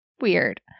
weird